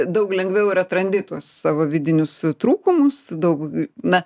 daug lengviau ir atrandi tuos savo vidinius trūkumus daug na